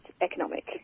economic